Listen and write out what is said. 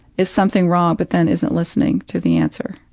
is something wrong? but then isn't listening to the answer,